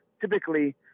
typically